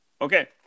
Okay